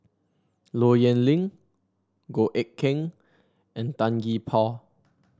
Low Yen Ling Goh Eck Kheng and Tan Gee Paw